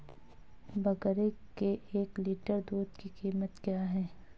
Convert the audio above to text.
बकरी के एक लीटर दूध की कीमत क्या है?